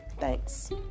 Thanks